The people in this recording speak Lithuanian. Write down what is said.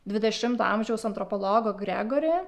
dvidešimto amžiaus antropologo gregori